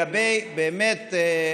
באמת לגבי אולמות,